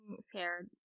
scared